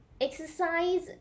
exercise